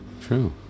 true